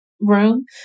room